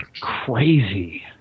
Crazy